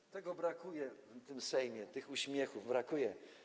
I tego brakuje w tym Sejmie, tych uśmiechów brakuje.